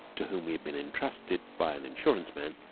to whom we had been intrusted by an insurance man,